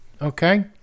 okay